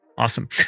Awesome